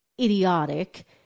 idiotic